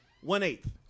one-eighth